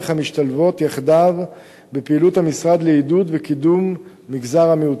המשתלבות יחדיו בפעילות המשרד לעידוד ולקידום מגזר המיעוטים.